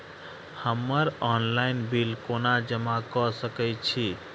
हम्मर online bill कोना जमा कऽ सकय छी?